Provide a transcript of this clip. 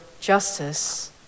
justice